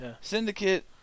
Syndicate